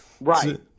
right